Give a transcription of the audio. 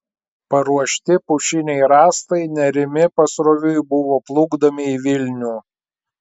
paruošti pušiniai rąstai nerimi pasroviui buvo plukdomi į vilnių